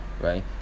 right